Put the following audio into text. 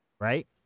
right